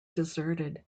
deserted